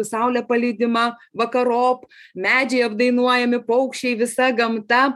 saulė palydima vakarop medžiai apdainuojami paukščiai visa gamta